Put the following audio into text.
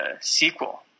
sequel